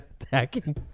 attacking